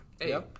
Hey